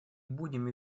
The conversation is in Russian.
будем